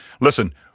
Listen